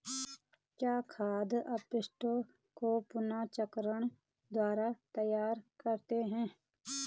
क्या खाद अपशिष्टों को पुनर्चक्रण द्वारा तैयार करते हैं?